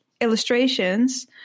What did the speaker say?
illustrations